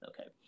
okay